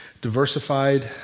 diversified